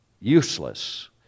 useless